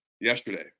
yesterday